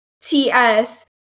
T-S